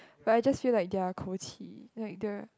but I just feel like their 口气 is like the